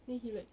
then he like